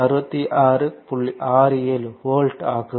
67 volt ஆகும்